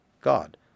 God